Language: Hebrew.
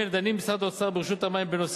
בימים אלו דנים במשרד האוצר וברשות המים בנושא